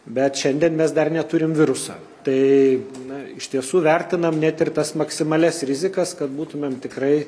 bet šiandien mes dar neturim viruso tai na iš tiesų vertinam net ir tas maksimalias rizikas kad būtumėm tikrai